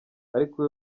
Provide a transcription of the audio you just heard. ariko